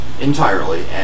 entirely